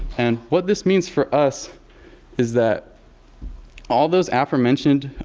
and, what this means for us is that all those aforementioned